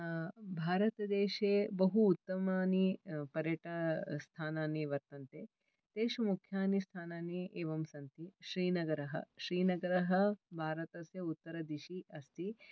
भारतदेशे बहु उत्तमानि पर्यटस्थानानि वर्तन्ते तेषु मुख्यानि स्थानानि एवं सन्ति श्रीनगरः श्रीनगरः भारतस्य उत्तरदिशि अस्ति